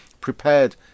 prepared